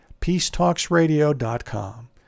peacetalksradio.com